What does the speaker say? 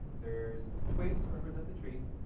there's twigs to represent the trees.